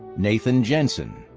nathan jensen.